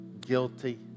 guilty